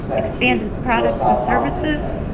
expanded products and services,